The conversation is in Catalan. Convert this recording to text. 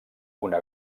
una